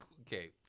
Okay